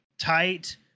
tight